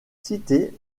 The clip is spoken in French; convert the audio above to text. cité